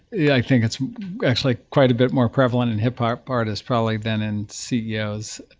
yeah i think it's actually quite a bit more prevalent in hip-hop artists, probably than in ceos.